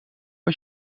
een